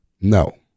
No